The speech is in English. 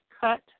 cut